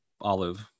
Olive